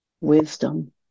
wisdom